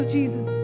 Jesus